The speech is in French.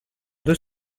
deux